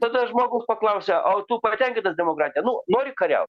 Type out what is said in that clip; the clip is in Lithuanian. tada žmogaus paklausia o tu patenkintas demokratija nu nori kariaut